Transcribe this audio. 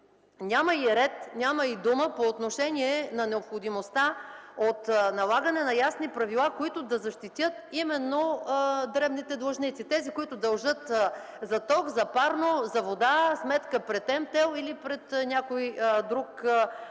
Няма и ред, няма и дума по отношение на необходимостта от налагане на ясни правила, които да защитят именно дребните длъжници, които дължат за ток, парно, вода, сметка пред „Мобилтел” или пред някои друг